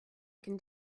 can